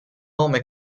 nome